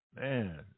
man